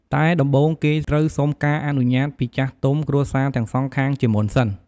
តែដំបូងគេត្រូវសុំការអនុញាត់ពីចាស់ទុំគ្រួសារទាំងសងខាងជាមុនសិន។